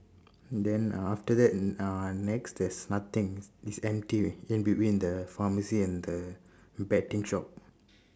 and then uh after that uh ah next there's nothing it's it's empty in between the pharmacy and the betting shop